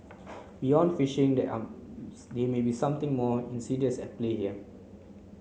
beyond phishing there are there may be something more insidious at play here